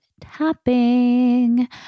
tapping